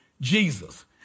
Jesus